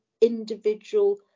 individual